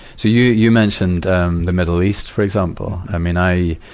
so you you mentioned um the middle east, for example. i mean, i,